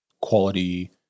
quality